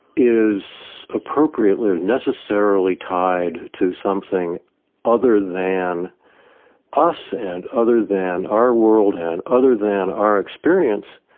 is appropriately, necessarily tied to something other than us and other than our world and other than our experience,